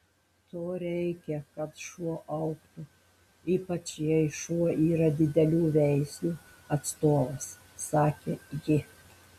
to reikia kad šuo augtų ypač jei šuo yra didelių veislių atstovas sakė ji